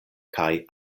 kaj